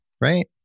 right